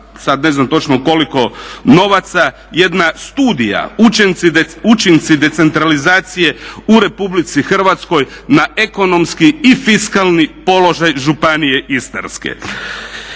sada ne znam točno u koliko novaca jedna studija učinci decentralizacije u Republici Hrvatskoj na ekonomski i fiskalni položaj Županije Istarske.